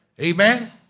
Amen